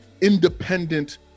independent